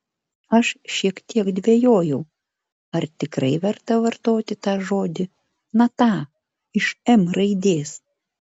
aš šiek tiek dvejojau ar tikrai verta vartoti tą žodį na tą iš m raidės